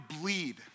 bleed